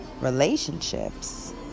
relationships